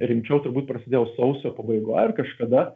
rimčiau turbūt prasidėjo sausio pabaigoj ar kažkada